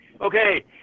Okay